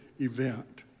event